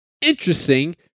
interesting